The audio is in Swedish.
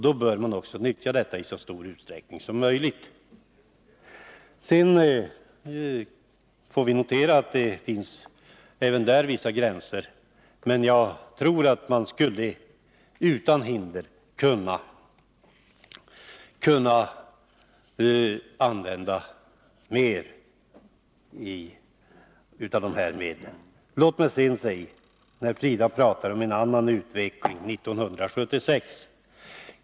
Då bör man också nyttja detta i så stor utsträckning som möjligt. Sedan får vi notera att det även där finns vissa gränser, men jag tror att man utan hinder skulle kunna använda mer av dessa medel. Frida Berglund pratar om en annan utveckling 1976.